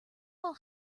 will